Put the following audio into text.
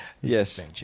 yes